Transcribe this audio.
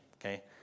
okay